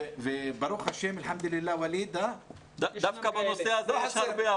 ברוך השם -- דווקא בנושא הזה יש הרבה.